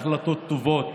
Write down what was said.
החלטות טובות,